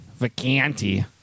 Vacanti